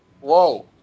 Whoa